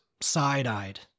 side-eyed